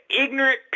ignorant